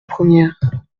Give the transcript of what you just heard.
première